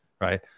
Right